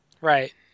Right